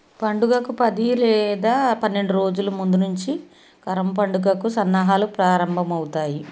పండుగకు పది లేదా పన్నెండు రోజుల ముందునుంచి కరమ్ పండుగకు సన్నాహాలు ప్రారంభమవుతాయి